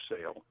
sale